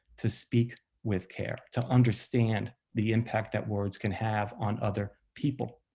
to speak with care. to understand the impact that words can have on other people.